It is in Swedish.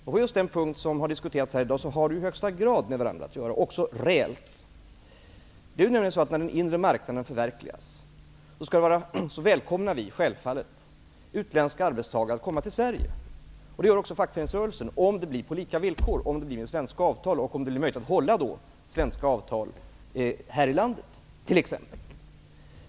Men på just den punkt som har diskuterats här i dag har dessa saker i högsta grad med varandra att göra, också reellt. När den inre marknaden förverkligas välkomnar vi självfallet utländska arbetstagare hit till Sverige. Det gör också fackföreningsrörelsen -- om det blir på lika villkor, om det blir med svenska avtal och om det då blir möjligt att hålla svenska avtal här i landet t.ex.